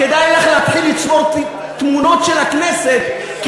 כדאי לך להתחיל לצבור תמונות של הכנסת כי